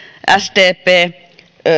sdp